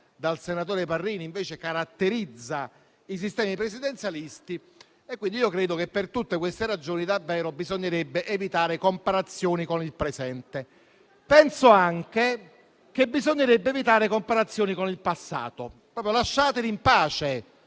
dal senatore Parrini - caratterizza invece i sistemi di presidenzialisti. Credo quindi che per tutte queste ragioni davvero bisognerebbe evitare comparazioni con il presente. Penso anche che bisognerebbe evitare comparazioni con il passato. Lasciateli in pace